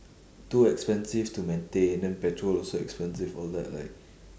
too expensive to maintain then petrol also expensive all that like